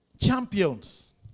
champions